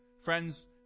Friends